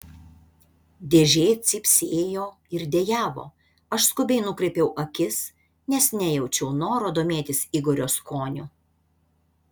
dėžė cypsėjo ir dejavo aš skubiai nukreipiau akis nes nejaučiau noro domėtis igorio skoniu